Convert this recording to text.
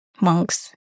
monks